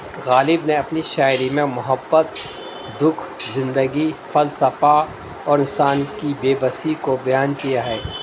غالب نے اپنی شاعری میں محبت دکھ زندگی فلسفہ اور انسان کی بے بسی کو بیان کیا ہے